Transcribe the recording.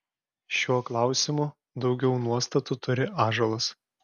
šiuo klausimu daugiau nuostatų turi ąžuolas